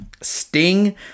Sting